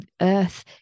earth